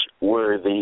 worthy